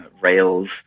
Rails